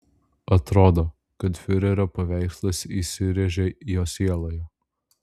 atrodo kad fiurerio paveikslas įsirėžė jo sieloje